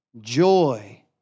joy